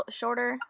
shorter